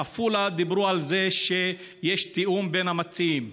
בעפולה דיברו על כך שיש תיאום בין המציעים.